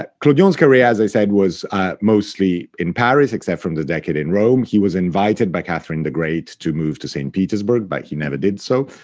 ah clodion's career, as i said, was mostly in paris, except from the decade in rome. he was invited by catherine the great to move to saint petersburg, but he never did so.